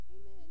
Amen